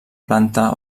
planta